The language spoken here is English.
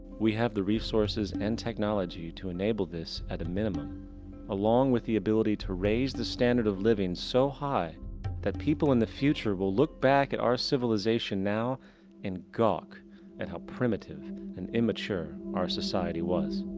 we have the resources and technology to enable this at minimum along with the ability to raise the standards of living so high that people in the future will look back at our civilisation now and gawk and how primitive and immature our society was.